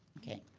okay,